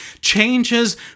changes